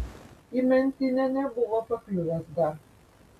į mentinę nebuvo pakliuvęs dar